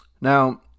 Now